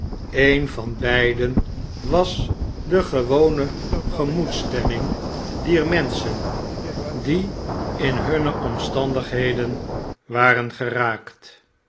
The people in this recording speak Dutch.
een van beiden was de gewone gemoedsstemming dier menschen die in hunne omstandigheden waren geraakt